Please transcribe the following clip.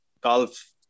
golf